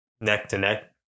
neck-to-neck